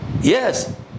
yes